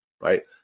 Right